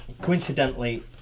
coincidentally